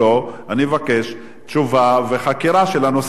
אני מבקש תשובה וחקירה של הנושא הזה,